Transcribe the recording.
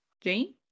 Jane